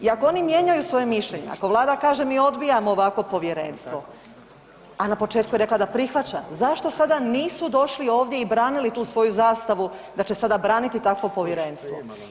I ako oni mijenjaju svoje mišljenje, ako Vlada kaže mi odbijamo ovakvo povjerenstvo, a na početku je rekla da prihvaća, zašto sada nisu došli ovdje i branili tu svoju zastavu da će sada braniti takvo povjerenstvo?